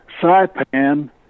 Saipan